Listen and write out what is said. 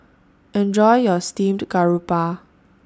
Enjoy your Steamed Garoupa